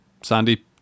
sandy